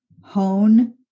hone